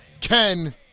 Ken